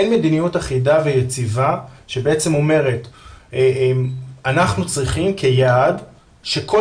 אין מדיניות אחידה ויציבה שבעצם אומרת שאנחנו צריכים כיעד שכל